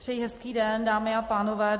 Přeji hezký den, dámy a pánové.